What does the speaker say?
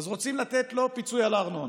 אז רוצים לתת לו פיצוי על ארנונה.